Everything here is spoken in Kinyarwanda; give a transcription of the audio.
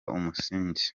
umusingi